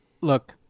Look